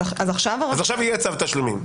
אז עכשיו יהיה צו תשלומים.